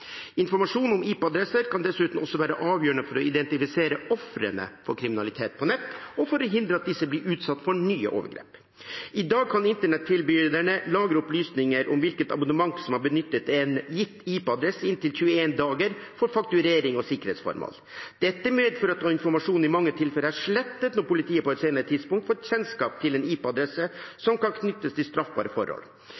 Informasjon om IP-adresser kan dessuten også være avgjørende for å identifisere ofrene for kriminalitet på nett og for å hindre at disse blir utsatt for nye overgrep. I dag kan internettilbyderne lagre opplysninger om hvilket abonnement som har benyttet en gitt IP-adresse, i inntil 21 dager for fakturering og sikkerhetsformål. Dette medfører at informasjonen i mange tilfeller er slettet når politiet på et senere tidspunkt får kjennskap til en